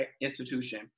institution